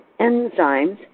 enzymes